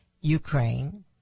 Ukraine